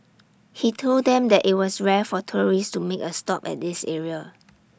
he told them that IT was rare for tourists to make A stop at this area